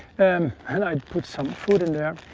and and i put some food in there.